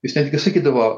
jis netgi sakydavo